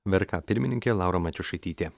vrk pirmininkė laura matijošaitytė